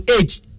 age